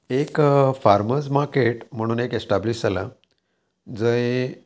एक farmers market म्हणून एक एस्टाब्लीश जाला जंय